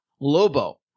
Lobo